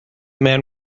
man